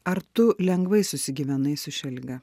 ar tu lengvai susigyvenai su šia liga